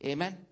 Amen